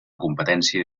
competència